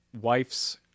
wife's –